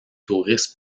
touristes